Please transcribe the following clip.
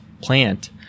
plant